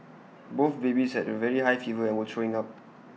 both babies had very high fever and were throwing up